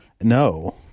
No